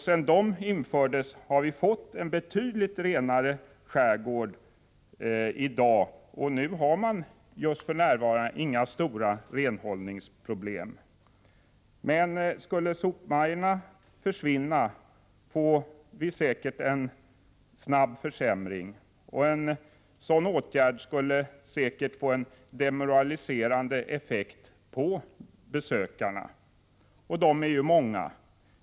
Sedan dessa infördes har vi fått en betydligt renare skärgård, och för närvarande har man inga stora renhållningsproblem. Skulle sopmajorna försvinna får vi utan tvivel en snabb försämring, och en sådan åtgärd skulle säkert få en demoraliserande effekt på besökarna. Och besökarna är ju många.